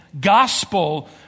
gospel